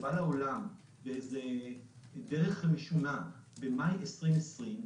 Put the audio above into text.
שבא לעולם בדרך משונה במאי 2020,